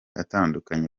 atandukanye